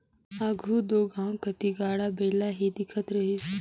आघु दो गाँव कती गाड़ा बइला ही दिखत रहिस